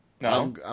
No